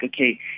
okay